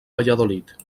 valladolid